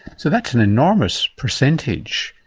so that's an enormous percentage.